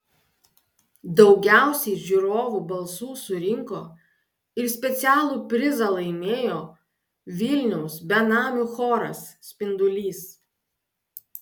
daugiausiai žiūrovų balsų surinko ir specialų prizą laimėjo vilniaus benamių choras spindulys